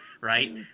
right